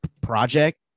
project